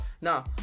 Now